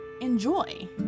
Enjoy